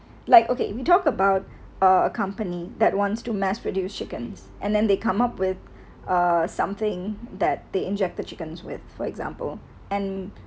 like okay we talk about a company that wants to mass produce chickens and then they come up with uh something that they injected chickens with for example and